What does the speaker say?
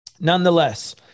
Nonetheless